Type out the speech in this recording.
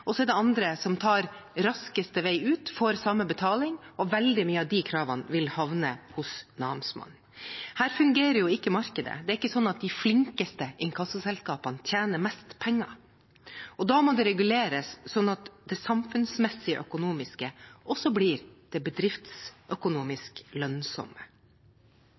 andre som tar raskeste vei ut for samme betaling. Veldig mange av de kravene vil havne hos namsmannen. Her fungerer ikke markedet. Det er ikke sånn at de flinkeste inkassoselskapene tjener mest penger. Da må det reguleres sånn at det samfunnsmessig økonomiske også blir det bedriftsøkonomisk lønnsomme.